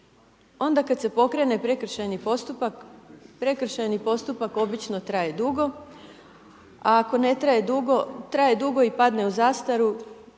Onda kada se pokrene prekršajni postupak, prekršajni postupak obično traje dugo a ako ne traje dugo, traje dugo i padne u zastaru